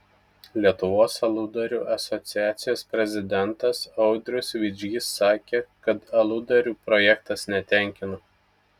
lietuvos aludarių asociacijos prezidentas audrius vidžys sakė kad aludarių projektas netenkina